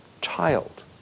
child